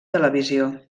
televisió